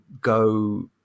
go